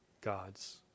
God's